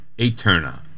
Eterna